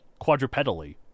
quadrupedally